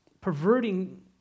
perverting